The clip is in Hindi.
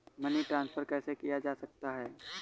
मनी ट्रांसफर कैसे किया जा सकता है?